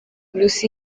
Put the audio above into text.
lucy